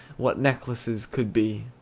what necklaces could be!